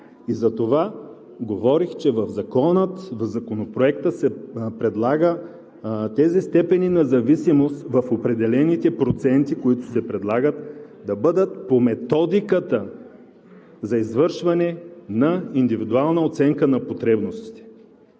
Затова говорих, че в Законопроекта се предлага тези степени на зависимост в определените проценти, които се предлагат, да бъдат по Методиката за извършване на индивидуална оценка на потребностите,